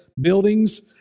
buildings